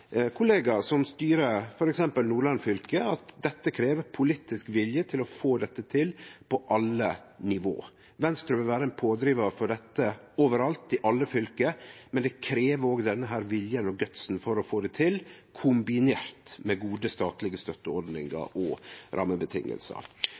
som styrer f.eks. Nordland fylke, at det krev politisk vilje å få dette til på alle nivå. Venstre vil vere ein pådrivar for dette over alt i alle fylke, men det krev òg vilje og «guts» for å få det til, kombinert med gode statlege støtteordningar